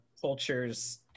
culture's